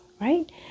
right